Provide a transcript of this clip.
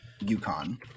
UConn